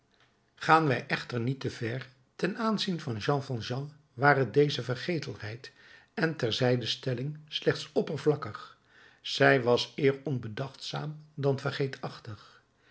gaan wij echter niet te ver ten aanzien van jean valjean waren deze vergetelheid en terzijdestelling slechts oppervlakkig zij was eer onbedachtzaam dan vergeetachtig